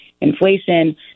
inflation